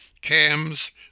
cams